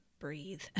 Breathe